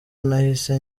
nahise